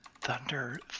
Thunder